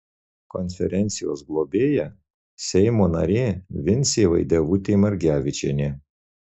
konferencijos globėja seimo narė vincė vaidevutė margevičienė